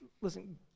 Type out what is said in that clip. listen